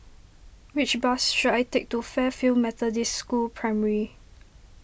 which bus should I take to Fairfield Methodist School Primary